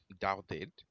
doubted